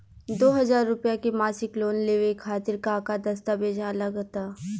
दो हज़ार रुपया के मासिक लोन लेवे खातिर का का दस्तावेजऽ लग त?